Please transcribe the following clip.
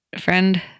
friend